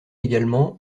également